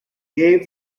gave